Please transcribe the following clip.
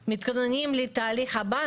עכשיו מתכוננים לתהליך הבא,